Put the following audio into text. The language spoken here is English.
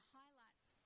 highlights